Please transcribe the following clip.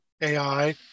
AI